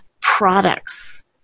products